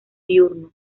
diurno